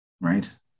right